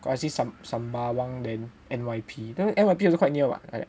cause I see Sem~ Sembawang then N_Y_P then N_Y_P also quite near [what] right